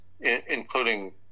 including